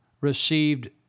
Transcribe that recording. received